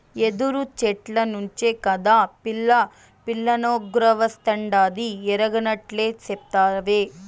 యెదురు చెట్ల నుంచే కాదా పిల్లనగ్రోవస్తాండాది ఎరగనట్లే సెప్తావే